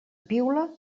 piula